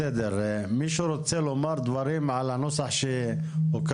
מישהו רוצה לומר דברים על הנוסח שהוקרא?